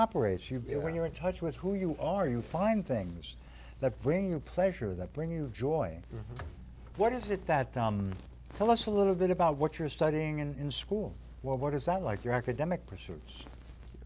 operates you get when you're in touch with who you are you find things that bring you pleasure that bring you joy what is it that tell us a little bit about what you're studying in school what is that like your academic pursuits